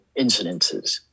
incidences